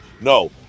No